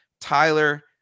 Tyler